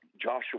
Joshua